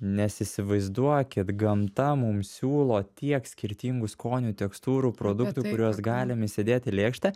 nes įsivaizduokit gamta mums siūlo tiek skirtingų skonių tekstūrų produktų kuriuos galim įsidėt į lėkštę